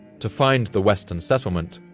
to find the western settlement,